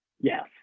Yes